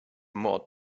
more